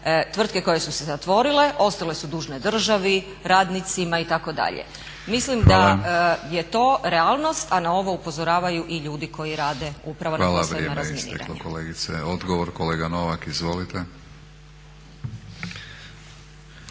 tvrtke koje su se zatvorile ostale su dužne državi, radnicima itd. Mislim da je to realnost, a na ovo upozoravaju i ljudi koji rade upravo na poslovima razminiranja. **Batinić, Milorad (HNS)** Hvala. Hvala, vrijeme je isteklo kolegice. Odgovor kolega Novak. Izvolite.